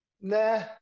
Nah